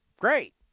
Great